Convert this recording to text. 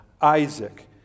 Isaac